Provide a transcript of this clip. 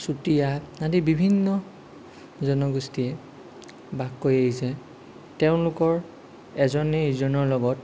চুতীয়া আদি বিভিন্ন জনগোষ্ঠীয়ে বাস কৰি আহিছে তেওঁলোকৰ এজনে ইজনৰ লগত